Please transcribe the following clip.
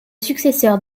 successeur